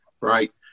right